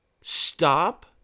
Stop